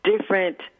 different